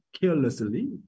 carelessly